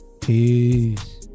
Peace